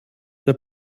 der